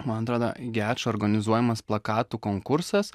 man atrodo gečo organizuojamas plakatų konkursas